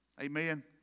Amen